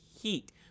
heat